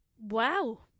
wow